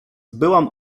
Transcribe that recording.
byłam